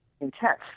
intense